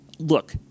Look